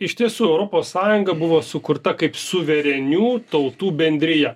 iš tiesų europos sąjunga buvo sukurta kaip suverenių tautų bendriją